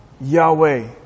yahweh